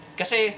kasi